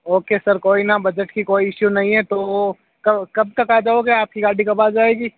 okay sir कोई ना budget की कोई इश्यू नहीं है तो कब कब तक आ जाओगे आपकी गाड़ी कब आ जाएगी